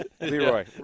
Leroy